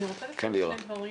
אני רוצה לומר שני דברים.